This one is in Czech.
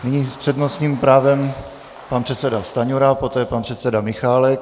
Nyní s přednostním právem pan předseda Stanjura, poté pan předseda Michálek.